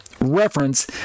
reference